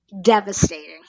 devastating